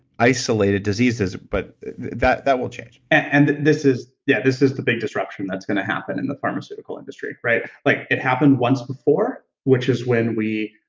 isolated diseases, but that that will change and this is yeah this is the big disruption that's going to happen in the pharmaceutical industry. like it happened once before, which is when we